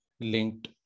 linked